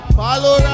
follow